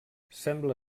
sembla